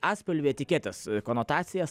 atspalvį etiketės konotacijas